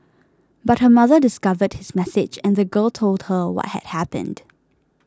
but her mother discovered his message and the girl told her what had happened